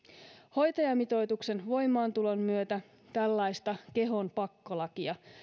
hoitajamitoituksen voimaantulon myötä tällaista kehon pakkolakia